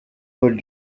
paul